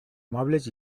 mobles